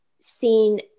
seen